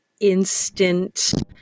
instant